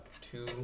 two